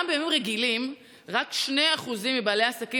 גם בימים רגילים רק 2% מבעלי העסקים